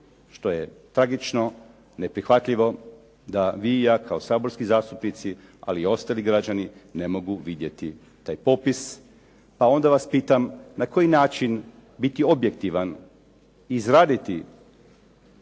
što je tragično, neprihvatljivo da vi i ja kao saborski zastupnici ali i ostali građani ne mogu vidjeti taj popis. A onda vas pitam na koji način biti objektivan i izraditi